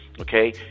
okay